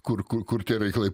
kur kur tie reikalai